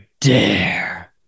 dare